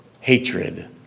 hatred